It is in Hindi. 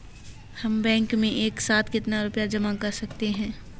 हम बैंक में एक साथ कितना रुपया जमा कर सकते हैं?